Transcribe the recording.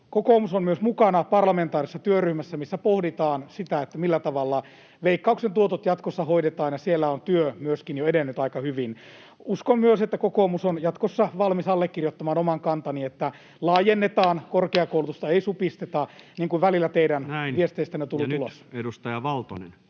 Kokoomus on myös mukana parlamentaarisessa työryhmässä, missä pohditaan sitä, millä tavalla Veikkauksen tuotot jatkossa hoidetaan, ja siellä on työ myöskin jo edennyt aika hyvin. Uskon myös, että kokoomus on jatkossa valmis allekirjoittamaan oman kantani, että laajennetaan korkeakoulutusta, ei supisteta niin kuin välillä teidän viesteistänne on tullut ulos.